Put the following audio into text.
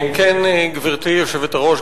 גברתי היושבת-ראש,